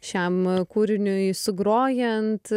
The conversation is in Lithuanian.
šiam kūriniui sugrojant